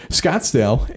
scottsdale